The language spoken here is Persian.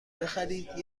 بخرید